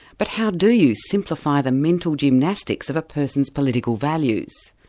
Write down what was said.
but how do you simplify the mental gymnastics of a person's political values?